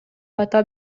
атап